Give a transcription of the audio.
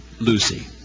Lucy